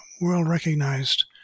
world-recognized